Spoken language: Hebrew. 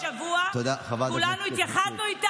תודה, חברת הכנסת קטי שטרית.